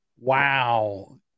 wow